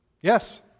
Yes